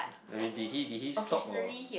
I mean did he did he stop or